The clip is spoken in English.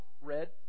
red